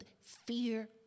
fear